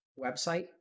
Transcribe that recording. website